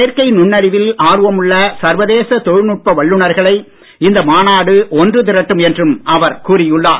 செயற்கை நுண்ணறிவில் ஆர்வம் உள்ள சர்வதேச தொழில் நுட்ப வல்லுனர்களை இந்த மாநாடு ஒன்று திரட்டும் என்றும் அவர் கூறி உள்ளார்